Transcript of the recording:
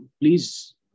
please